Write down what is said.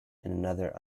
another